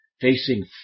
facing